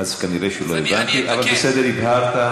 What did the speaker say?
אז כנראה שלא הבנתי.